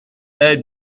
est